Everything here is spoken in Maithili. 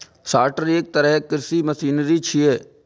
सॉर्टर एक तरहक कृषि मशीनरी छियै